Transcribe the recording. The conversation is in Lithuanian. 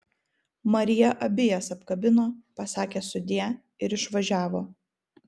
marija abi jas apkabino pasakė sudie ir išvažiavo